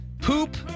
Poop